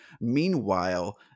meanwhile